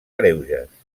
greuges